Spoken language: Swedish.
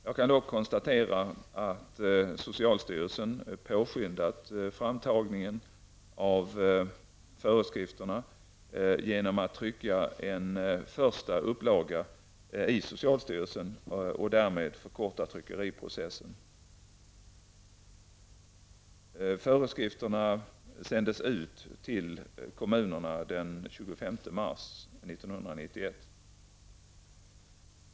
Jag kan dock konstatera att socialstyrelsen påskyndat framtagningen av föreskrifterna genom att trycka en första upplaga i socialstyrelsen och därmed förkorta tryckeriprocessen. Föreskrifterna sändes ut till kommunerna den 25 mars 1991.